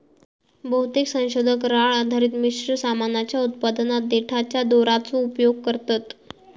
बहुतेक संशोधक राळ आधारित मिश्र सामानाच्या उत्पादनात देठाच्या दोराचो उपयोग करतत